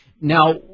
Now